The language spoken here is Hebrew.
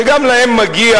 שגם להם מגיע